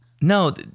No